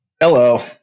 Hello